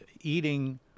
eating